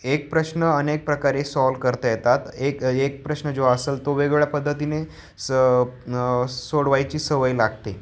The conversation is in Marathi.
एक प्रश्न अनेक प्रकारे सॉल्व करता येतात एक एक प्रश्न जो असंल तो वेगवेगळ्या पद्धतीने स सोडवायची सवय लागते